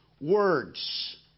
words